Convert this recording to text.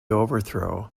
overthrow